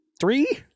three